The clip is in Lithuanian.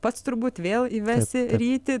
pats turbūt vėl įvesi ryti